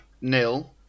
nil